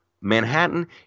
Manhattan